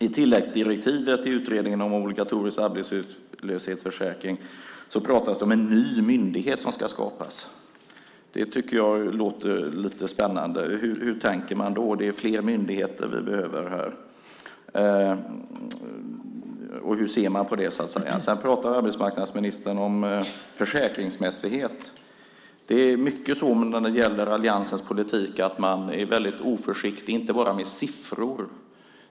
I tilläggsdirektivet till utredningen om en obligatorisk arbetslöshetsförsäkring talas det om en ny myndighet som ska skapas. Det tycker jag låter lite spännande. Hur tänker man då? Det är fler myndigheter vi behöver här. Hur ser man på det? Arbetsmarknadsministern talar också om försäkringsmässigheten. Det är mycket så med alliansens politik att man är väldigt oförsiktig och då inte bara med siffror.